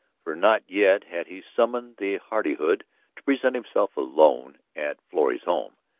for not yet had he summoned the hardihood to present himself alone at florrie's home.